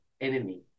enemy